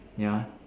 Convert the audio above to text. ya